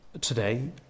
today